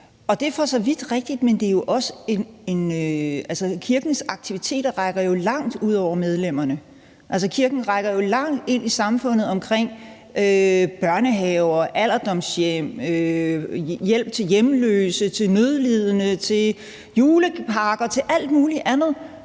Det er for så vidt rigtigt, men kirkens aktiviteter rækker langt ud over medlemmerne. Altså, kirken rækker jo langt ind i samfundet omkring børnehaver, alderdomshjem, hjælp til hjemløse, til nødlidende, til julepakker og til alt muligt andet,